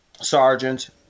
sergeants